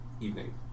evening